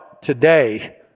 today